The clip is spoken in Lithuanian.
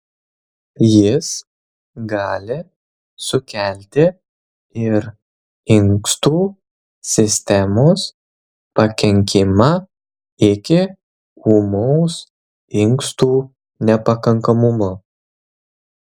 jis gali sukelti ir inkstų sistemos pakenkimą iki ūmaus inkstų nepakankamumo